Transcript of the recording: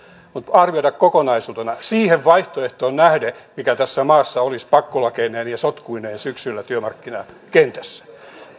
arvioida kokonaisuutena siihen vaihtoehtoon nähden mikä tässä maassa olisi pakkolakeineen ja sotkuineen syksyllä työmarkkinakentässä